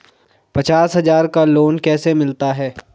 पचास हज़ार का लोन कैसे मिलता है?